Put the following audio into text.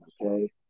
Okay